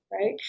right